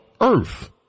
earth